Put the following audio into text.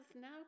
now